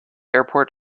airport